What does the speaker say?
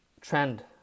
trend